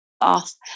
off